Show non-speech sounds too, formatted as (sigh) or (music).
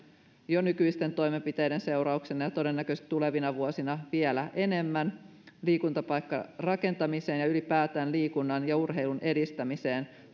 jo nykyisten toimenpiteiden seurauksena ja todennäköisesti tulevina vuosina vielä enemmän niin liikuntapaikkarakentamiseen ja ylipäätään liikunnan ja urheilun edistämiseen (unintelligible)